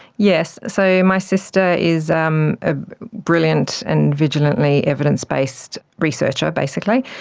yes, so my sister is um a brilliant and vigilantly evidence-based researcher basically,